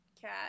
cat